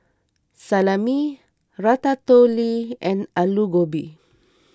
Salami Ratatouille and Alu Gobi